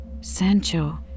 Sancho